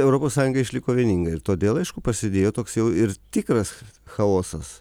europos sąjunga išliko vieninga ir todėl aišku prasidėjo toks jau ir tikras chaosas